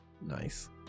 Nice